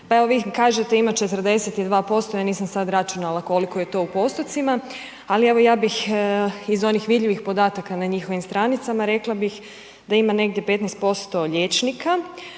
pa evo vi kažete ima 42% ja nisam sad računala koliko je to u postocima, ali ja bih iz onih vidljivim podataka na njihovim stranicama, rekla bih da ima negdje 15% liječnika,